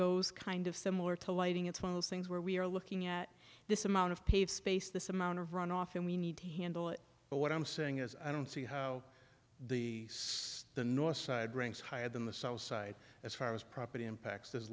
goes kind of similar to lighting it's one of those things where we are looking at this amount of paved space this amount of runoff and we need to handle it but what i'm saying is i don't see how the the north side ranks higher than the south side as far as property impacts